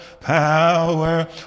power